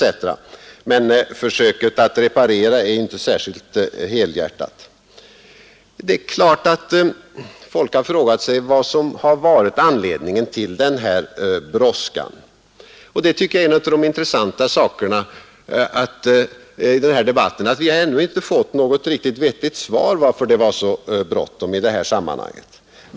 i frågan. Men försöket att reparera skadan är inte särskilt helhjärtat. Självfallet har folk frågat sig vad som har varit anledningen till denna brådska, och jag tycker att det är en av de intressanta frågorna i denna debatt. Vi har ännu inte fått något vettigt svar på frågan varför det var så bråttom i detta sammanhang.